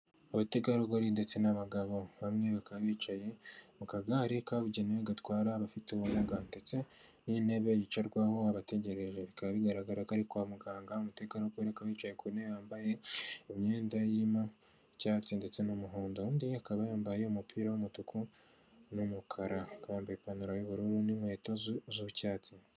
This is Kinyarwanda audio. Abategarugori ndetse n'abagabo bamwe bakaba bicaye mu kagare kabugenewe gatwara abafite ubumuga ndetse n'intebe yicarwaho abategereje bikaba bigaragara ko ari kwa muganga umutegarugori ariko yicaye ku ntebe yambaye imyenda irimo icyatsi ndetse n'umuhondo undi akaba yambaye umupira w'umutuku n'umukara akaba yambayei ipantaro y'ubururu n'inkweto z'icyatsi.